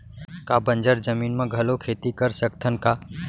का बंजर जमीन म घलो खेती कर सकथन का?